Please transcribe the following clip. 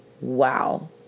wow